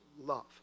love